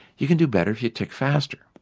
you can do better if you tick faster.